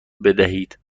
بدهید